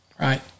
Right